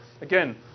Again